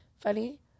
Funny